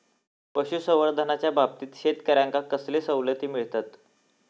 पशुसंवर्धनाच्याबाबतीत शेतकऱ्यांका कसले सवलती मिळतत?